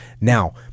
now